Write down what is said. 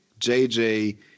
JJ